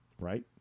right